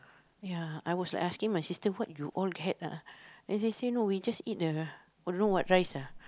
ya I was like asking my sister what you all had ah then she say no we just eat the I don't know what rice ah